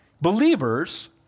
believers